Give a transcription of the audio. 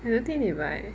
you don't think they bite